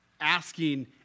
asking